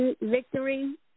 Victory